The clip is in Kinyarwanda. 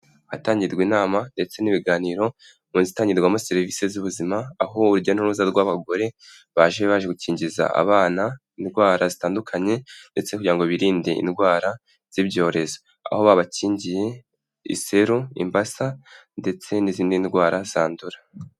Ahatangirwa inama ndetse n'ibiganiro mu inzu itangirwamo serivisi z'ubuzima aho urujya n'uruza rw'abagore baje baje gukingiza abana indwara zitandukanye ndetse kugira ngo birinde indwara z'ibyorezo aho babakingiye iseru, imbasa ndetse n'izindi ndwara zandura.